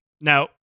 Now